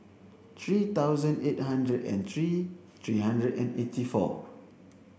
three thousand eight hundred and three three hundred and eight four